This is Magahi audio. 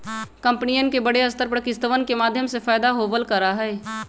कम्पनियन के बडे स्तर पर किस्तवन के माध्यम से फयदा होवल करा हई